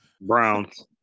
Browns